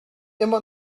immer